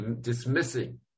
dismissing